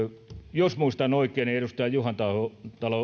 jos muistan oikein niin edustaja juhantalo